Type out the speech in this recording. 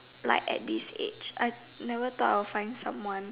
like at this age I never thought I'll find someone